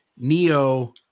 Neo